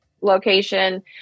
location